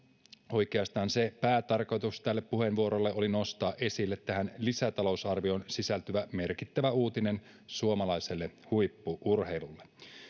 oikeastaan se päätarkoitus tälle puheenvuorolle oli nostaa esille tähän lisätalousarvioon sisältyvä merkittävä uutinen suomalaiselle huippu urheilulle